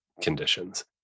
conditions